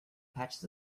patches